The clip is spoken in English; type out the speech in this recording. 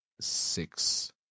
six